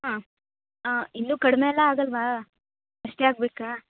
ಹಾಂ ಇನ್ನೂ ಕಡಿಮೆ ಎಲ್ಲ ಆಗೋಲ್ವಾ ಅಷ್ಟೇ ಆಗಬೇಕಾ